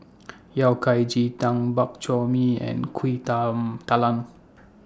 Yao Cai Ji Tang Bak Chor Mee and Kuih DA Talam